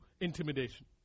intimidation